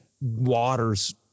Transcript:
waters